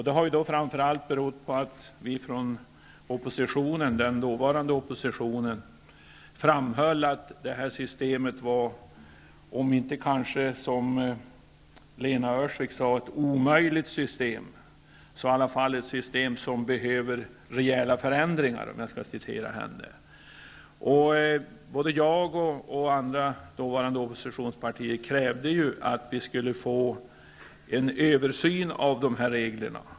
Det har framför allt berott på att vi från den dåvarande oppositionen framhöll att systemet var -- om jag skall citera Lena Öhrsvik -- om inte omöjligt så i alla fall ett system som behöver rejäla förändringar. Både jag och företrädare för andra dåvarande oppositionspartier krävde ju att det skulle göras en översyn av reglerna.